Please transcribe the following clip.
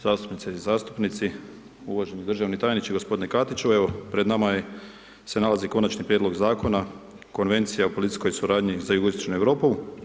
Zastupnice i zastupnici, uvaženi državni tajniče, g. Katiću, evo, pred nama se nalazi Konačni prijedlog Zakona, Konvencija o policijskoj suradnji za jugoistočnu Europu.